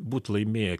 būt laimėję